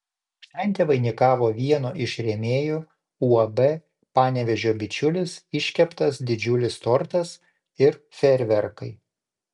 šventę vainikavo vieno iš rėmėjų uab panevėžio bičiulis iškeptas didžiulis tortas ir fejerverkai